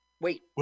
Wait